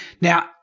Now